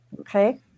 Okay